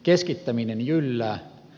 keskittäminen jyllää